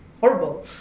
horrible